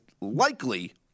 likely